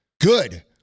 Good